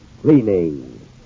cleaning